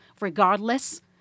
regardless